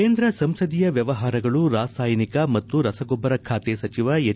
ಕೇಂದ ಸಂಸದೀಯ ವ್ಯವಹಾರಗಳು ರಾಸಾಯನಿಕ ಮತ್ತು ರಸಗೊಬ್ಬರ ಖಾತೆ ಸಚಿವ ಎಚ್